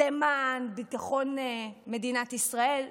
למען נוער במצוקה, למען ביטחון מדינת ישראל.